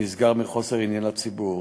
נסגר מחוסר עניין לציבור,